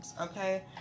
okay